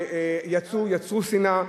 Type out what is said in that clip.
שיצרו שנאה.